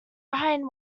ryan